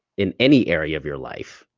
in any area of your life,